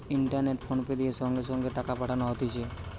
ইন্টারনেটে ফোনপে দিয়ে সঙ্গে সঙ্গে টাকা পাঠানো হতিছে